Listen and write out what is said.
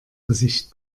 gesicht